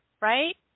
right